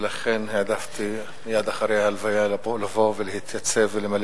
ולכן העדפתי מייד אחרי ההלוויה לבוא ולהתייצב ולמלא